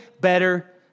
better